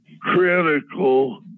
critical